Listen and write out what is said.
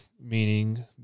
meaning